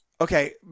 Okay